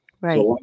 right